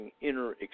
inner